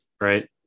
right